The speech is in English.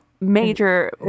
major